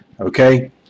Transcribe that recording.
Okay